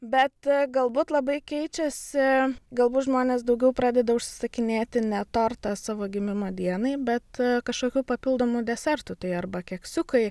bet galbūt labai keičiasi galbūt žmonės daugiau pradeda užsisakinėti ne tortą savo gimimo dienai bet kažkokių papildomų desertų tai arba keksiukai